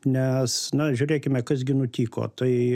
nes na žiūrėkime kas gi nutiko tai